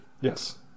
Yes